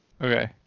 Okay